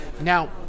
Now